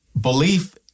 belief